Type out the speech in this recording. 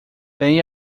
bem